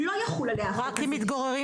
לא יחול עליה החוק הזה.